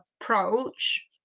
approach